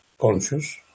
conscious